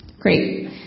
Great